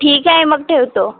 ठीक आहे मग ठेवतो